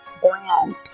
brand